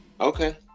Okay